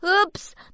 Oops